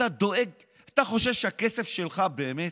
אתה חושב שהכסף שלך באמת?